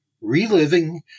Reliving